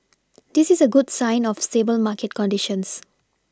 this is a good sign of stable market conditions